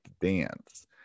dance